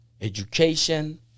education